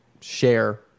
share